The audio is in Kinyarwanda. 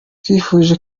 twifuje